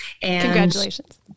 Congratulations